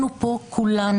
אנחנו פה כולנו,